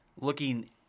looking